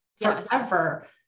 forever